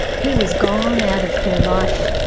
he was gone out of her life,